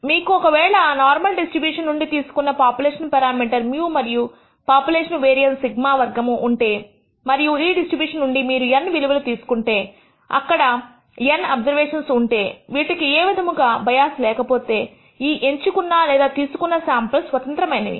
మీకు ఒకవేళ normal distribution నుండి తీసుకున్న పాపులేషన్ పారామీటర్ μ మరియు పాపులేషన్ వేరియన్స్ σ వర్గము ఉంటే మరియు ఈ డిస్ట్రిబ్యూషన్ నుండి మీరు N విలువలు తీసుకుంటే ఇక్కడ N అబ్జర్వేషన్స్ ఉంటే వీటికి ఏ విధముగా బయాస్ లేకపోతే ఈ ఎంచుకున్న లేదా తీసుకున్న శాంపుల్స్ స్వతంత్రమైనవి